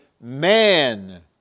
man